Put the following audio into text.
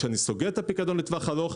כשאני סוגר את הפיקדון לטווח ארוך,